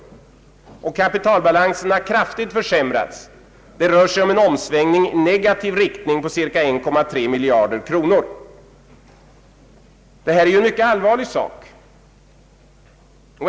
Vidare har kapitalbalansen kraftigt försämrats — det rör sig här om en omsvängning i negativ riktning på ca 1,3 miljarder kronor. Detta är en mycket allvarlig sak.